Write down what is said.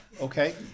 Okay